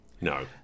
No